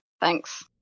Thanks